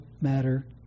matter